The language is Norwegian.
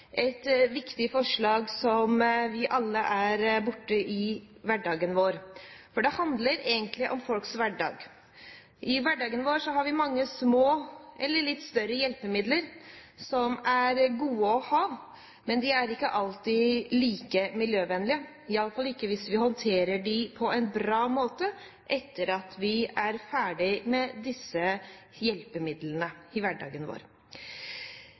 handler egentlig om folks hverdag. I hverdagen vår har vi mange små eller litt større hjelpemidler som er gode å ha, men de er ikke alltid like miljøvennlige, iallfall hvis vi ikke håndterer dem på en bra måte etter at vi er ferdig med disse hjelpemidlene i hverdagen vår.